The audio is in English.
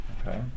Okay